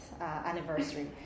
anniversary